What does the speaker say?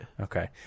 okay